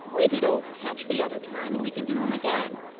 we did old ketch the other time, and we could do him again.